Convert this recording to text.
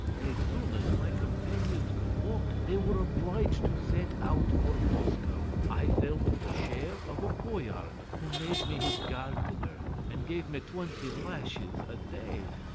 as soon as my companions could walk, they were obliged to set out for moscow. i fell to the share of a boyard who made me his gardener, and gave me twenty lashes a day.